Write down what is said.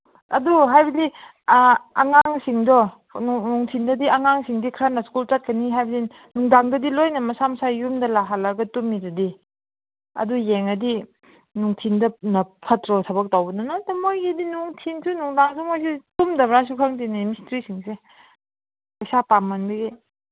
ꯑꯗꯨ ꯍꯥꯏꯕꯗꯤ ꯑꯉꯥꯡꯁꯤꯡꯗꯣ ꯅꯨꯡꯊꯤꯟꯗꯗꯤ ꯑꯉꯥꯡꯁꯤꯡꯗꯤ ꯈꯔꯅ ꯁ꯭ꯀꯨꯜ ꯆꯠꯀꯅꯤ ꯍꯥꯏꯕꯗꯤ ꯅꯨꯡꯗꯥꯡꯗꯗꯤ ꯂꯣꯏꯅ ꯃꯁꯥ ꯃꯁꯥꯒꯤ ꯌꯨꯝꯗ ꯂꯥꯛꯍꯜꯂꯒ ꯇꯨꯝꯃꯤꯗꯨꯗꯤ ꯑꯗꯨ ꯌꯦꯡꯉꯗꯤ ꯅꯨꯡꯊꯤꯟꯗꯅ ꯐꯠꯇ꯭ꯔꯣ ꯊꯕꯛ ꯇꯧꯕꯗꯣ ꯅꯠꯇꯦ ꯃꯣꯏꯒꯤꯗꯤ ꯅꯨꯡꯊꯤꯟꯁꯨ ꯅꯨꯡꯗꯥꯡꯁꯨ ꯃꯣꯏꯁꯨ ꯇꯨꯝꯗꯕ꯭ꯔꯥꯁꯨ ꯈꯪꯗꯦꯅꯦ ꯃꯤꯁꯇ꯭ꯔꯤꯁꯤꯡꯁꯦ ꯄꯩꯁꯥ ꯄꯥꯝꯃꯟꯕꯒꯤ